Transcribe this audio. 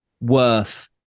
worth